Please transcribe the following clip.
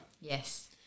Yes